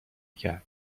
کرد